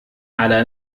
على